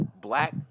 black